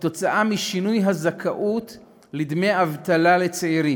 משינוי הזכאות לדמי אבטלה של צעירים,